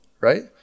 right